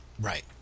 Right